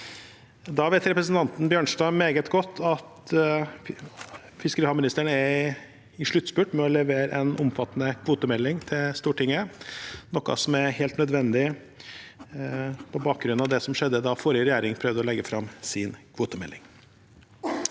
Representanten Bjørnstad vet meget godt at fiskeri- og havministeren er i sluttspurten med hensyn til å levere en omfattende kvotemelding til Stortinget, noe som er helt nødvendig på bakgrunn av det som skjedde da forrige regjering prøvde å legge fram sin kvotemelding.